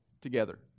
together